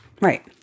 Right